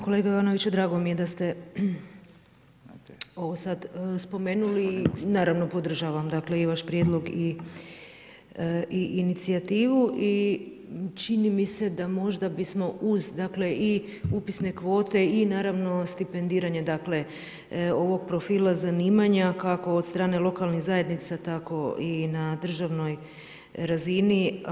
Kolega Jovanoviću, drago mi je da ste ovo sad spomenuli, naravno podržavam i vaš prijedlog i inicijativu i čini mi se da možda bismo uz i upisne kvote i stipendiranje ovog profila zanimanja kako od strane lokalnih zajednica tako i na državnoj razini.